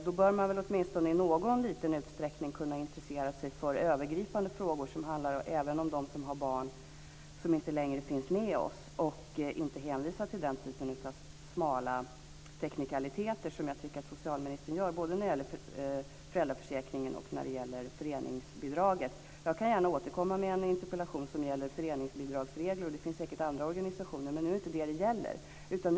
Då bör han väl åtminstone i någon liten utsträckning kunna intressera sig för övergripande frågor som handlar även om dem som har barn som inte längre finns med oss och inte hänvisa till den typen av smala teknikaliteter som jag tycker att socialministern gör både när det gäller föräldraförsäkringen och när det gäller föreningsbidraget. Jag kan gärna återkomma med en interpellation som gäller föreningsbidragsregler. Det finns säkert också andra organisationer som råkat illa ut. Men det är inte vad frågan gäller.